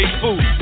food